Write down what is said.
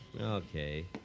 Okay